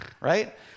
Right